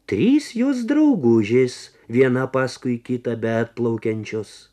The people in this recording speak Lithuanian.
trys jos draugužės viena paskui kitą beatplaukiančios